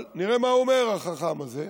אבל נראה מה אומר החכם הזה.